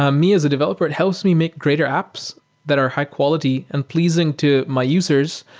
um me as a developer, it helps me make greater apps that are high quality and pleasing to my users,